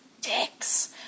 dicks